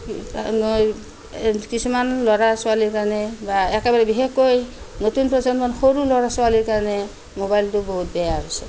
কিছুমান ল'ৰা ছোৱালী যেনে একেবাৰে বিশেষকৈ নতুন প্ৰজন্মৰ সৰু ল'ৰা ছোৱালীৰ কাৰণে মোবাইলটো বহুত বেয়া হৈছে